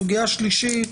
סוגיה שלישית,